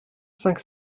cinq